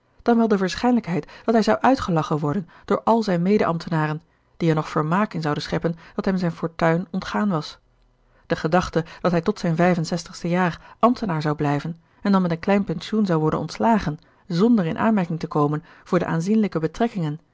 dan wel de waarschijnlijkheid dat hij zou uitgelachen worden door al zijne medeambtenaren die er nog vermaak in zouden scheppen dat hem zijn fortuin ontgaan was de gedachte dat hij tot zijn vijf en zestigste jaar ambtenaar gerard keller het testament van mevrouw de tonnette zou blijven en dan met een klein pensioen zou worden ontslagen zonder in aanmerking te komen voor de aanzienlijke betrekkingen